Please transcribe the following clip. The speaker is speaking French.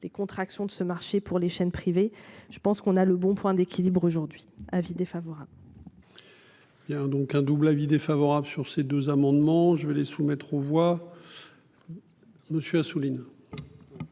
les contractions de ce marché pour les chaînes privées, je pense qu'on a le bon point d'équilibre aujourd'hui avis défavorable. Il y a donc un double avis défavorable sur ces deux amendements. Je vais les soumettre aux voix. Monsieur Assouline.